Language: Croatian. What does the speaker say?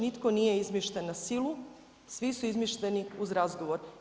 Nitko nije izmješten na silu, svi su izmješteni uz razgovor.